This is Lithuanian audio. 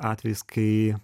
atvejis kai